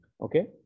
okay